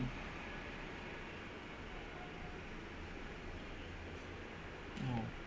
oh